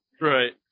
Right